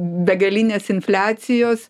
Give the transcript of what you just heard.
begalinės infliacijos